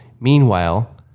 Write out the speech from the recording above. Meanwhile